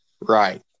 Right